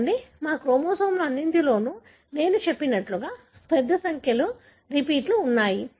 చూడండి మా క్రోమోజోమ్లన్నింటిలోనూ నేను చెప్పినట్లుగా పెద్ద సంఖ్యలో రిపీట్లు ఉన్నాయి